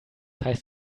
heißt